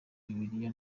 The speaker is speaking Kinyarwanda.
bibiliya